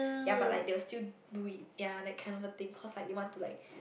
ya but like they will still do it ya that kind of a thing cause like they want to like